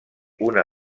una